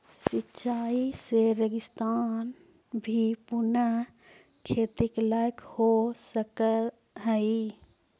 सिंचाई से रेगिस्तान भी पुनः खेती के लायक हो सकऽ हइ